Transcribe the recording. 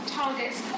targets